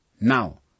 Now